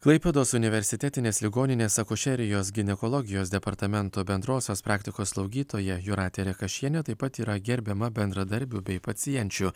klaipėdos universitetinės ligoninės akušerijos ginekologijos departamento bendrosios praktikos slaugytoja jūratė rekašienė taip pat yra gerbiama bendradarbių bei pacienčių